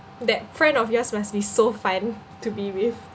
that friend of yours must be so fun to be with